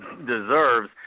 Deserves